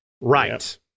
right